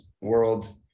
world